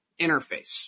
interface